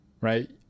right